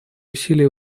усилия